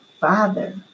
father